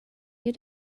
you